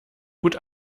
gut